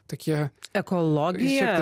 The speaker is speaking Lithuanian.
tokie ekologija